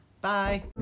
bye